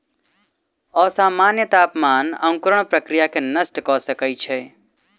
असामन्य तापमान अंकुरण प्रक्रिया के नष्ट कय सकै छै